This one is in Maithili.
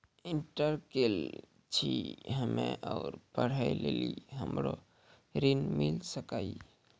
इंटर केल छी हम्मे और पढ़े लेली हमरा ऋण मिल सकाई?